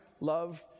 love